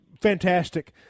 fantastic